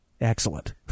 Excellent